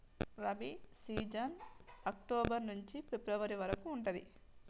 rabi season October నుంచి February వరకు ఉంటది